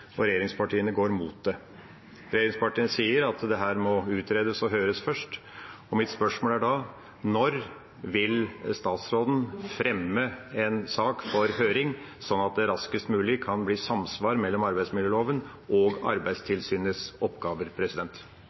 og regjeringspartiene går imot det. Regjeringspartiene sier at dette må utredes og høres først. Mitt spørsmål er da: Når vil statsråden fremme en sak og sende på høring, slik at det raskest mulig kan bli samsvar mellom arbeidsmiljøloven og Arbeidstilsynets oppgaver?